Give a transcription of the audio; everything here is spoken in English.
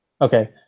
Okay